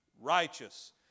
Righteous